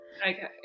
Okay